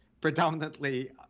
predominantly